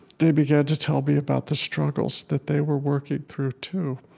they began to tell me about the struggles that they were working through, too.